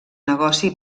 negoci